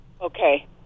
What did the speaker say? Okay